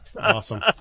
awesome